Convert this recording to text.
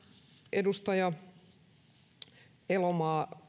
edustaja elomaa